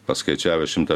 paskaičiavęs šimtą